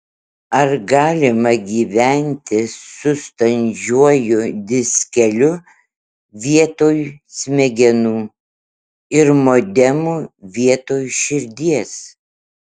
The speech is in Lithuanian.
ar galima gyventi su standžiuoju diskeliu vietoj smegenų ir modemu vietoj širdies